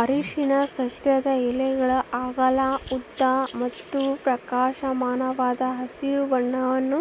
ಅರಿಶಿನ ಸಸ್ಯದ ಎಲೆಗಳು ಅಗಲ ಉದ್ದ ಮತ್ತು ಪ್ರಕಾಶಮಾನವಾದ ಹಸಿರು ಬಣ್ಣವನ್ನು